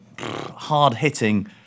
hard-hitting